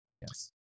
Yes